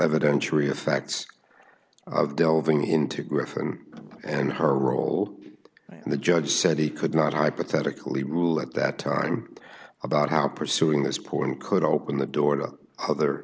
evidence real facts delving into griffen and her role and the judge said he could not hypothetically rule at that time about how pursuing this point could open the door to other